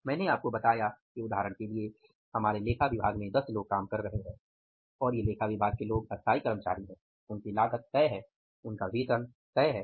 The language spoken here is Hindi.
मैंने आपको बताया कि उदाहरण के लिए हमारे लेखा विभाग में 10 लोग काम कर रहे हैं और ये लेखा विभाग के लोग स्थायी कर्मचारी हैं उनकी लागत तय है उनका वेतन तय है